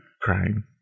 Crying